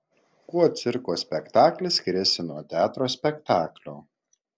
kuo cirko spektaklis skiriasi nuo teatro spektaklio